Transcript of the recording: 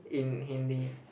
in Hindi